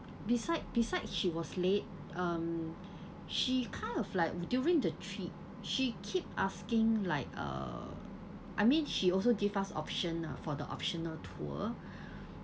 beside beside she was late um she kind of like during the trip she keep asking like uh I mean she also give us option lah for the optional tour